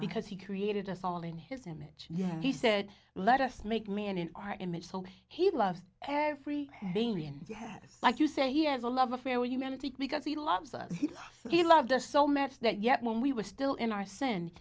because he created us all in his image yet he said let us make man in our image so he loves every being has like you said he has a love affair with humanity because he loves us he loved us so much that yet when we were still in our send